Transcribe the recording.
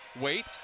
Wait